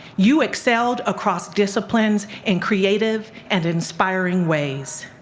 you excelled across disciplines in creative and inspiring ways.